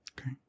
Okay